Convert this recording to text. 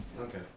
Okay